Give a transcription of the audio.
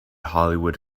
hollywood